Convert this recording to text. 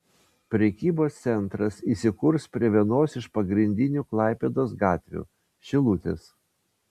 prekybos centras įsikurs prie vienos iš pagrindinių klaipėdos gatvių šilutės